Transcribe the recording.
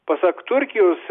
pasak turkijos